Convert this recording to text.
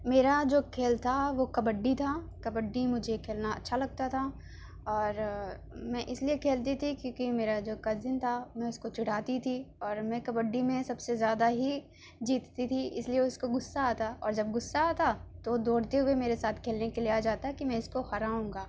میرا جو کھیل تھا وہ کبڈی تھا کبڈی مجھے کھیلنا اچھا لگتا تھا اور میں اس لیے کھیلتی تھی کیونکہ میرا جو کزن تھا میں اس کا چڑھاتی تھی اور میں کبڈی میں سب سے زیادہ ہی جیتتی تھی اس لیے اس کو غصہ آتا اور جب غصہ آتا تو وہ دوڑتے ہوئے میرے ساتھ کھیلنے کے لیے آ جاتا کہ میں اس کو ہراؤں گا